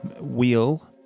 wheel